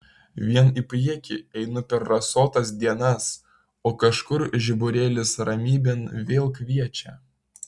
vien į priekį einu per rasotas dienas o kažkur žiburėlis ramybėn vėl kviečia